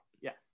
yes